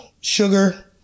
sugar